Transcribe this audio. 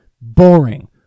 boring